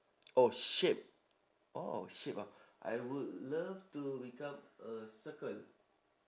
oh shape orh shape ah I would love to become a circle